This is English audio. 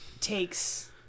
takes